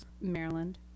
Maryland